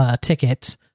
tickets